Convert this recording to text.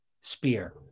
spear